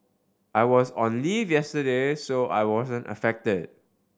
I was on leave yesterday so I wasn't affected